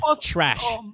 trash